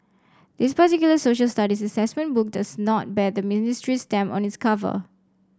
this particular Social Studies assessment book does not bear the ministry's stamp on its cover